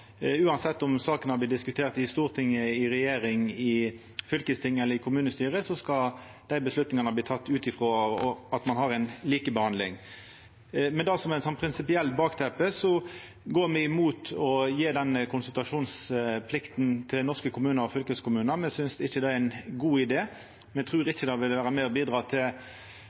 Uansett om ei sak har vorte diskutert i Stortinget, i regjeringa, i fylkestinget eller i kommunestyret, skal avgjerdene bli tekne ut frå ei likebehandling. Med det som prinsipielt bakteppe går me imot å gje denne konsultasjonsplikta til norske kommunar og fylkeskommunar. Me synest ikkje det er ein god idé. Me trur ikkje det vil vera med og bidra til